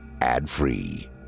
ad-free